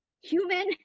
human